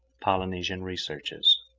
polynesian researches